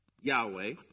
Yahweh